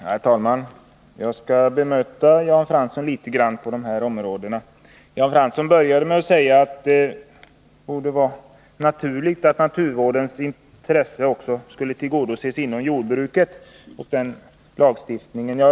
Herr talman! Jag skall bara bemöta litet grand av vad Jan Fransson sade. Han började med att säga att det borde vara naturligt att naturvårdens intresse också skulle tillgodoses inom jordbruket och i den lagstiftning som gäller.